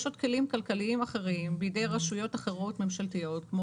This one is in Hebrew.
יש עוד כלים כלכליים אחרים בידי רשויות אחרות ממשלתיות כמו